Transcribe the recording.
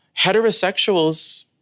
heterosexuals